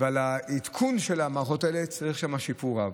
ועל העדכון של המערכות האלה, צריך שם שיפור רב.